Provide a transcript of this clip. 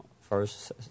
First